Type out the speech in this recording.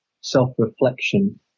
self-reflection